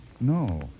No